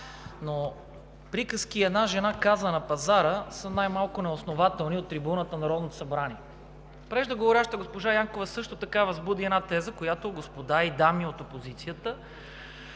Приказки „една жена казала на пазара“, са най-малко неоснователни от трибуната на Народното събрание. Преждеговорившата госпожа Янкова също така възбуди една теза. Господа и дами от опозицията,